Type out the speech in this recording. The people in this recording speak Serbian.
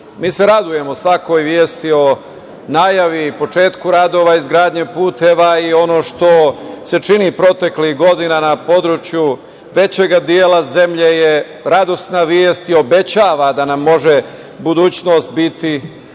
se radujemo svakoj vesti o najavi i početku radova o izgradnji puteva. Ono što se čini proteklih godina na području većeg dela zemlje je radosna vest i obećava da nam može budućnost biti